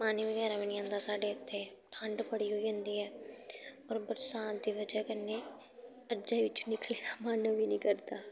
पानी बगैरा बी निं आंदा साढ़े इत्थै ठंड बड़ी होई जंदी ऐ होर बरसांत दी बजह कन्नै रजाई बिच्चा निकलने दा मन बी निं करदा